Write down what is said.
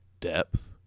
depth